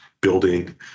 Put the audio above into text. building